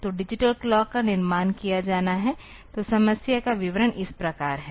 तो digital clock का निर्माण किया जाना है तो समस्या का विवरण इस प्रकार है